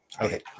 okay